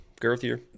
girthier